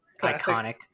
iconic